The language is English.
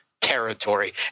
territory